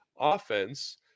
offense